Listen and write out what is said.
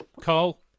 Carl